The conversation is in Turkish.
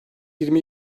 yirmi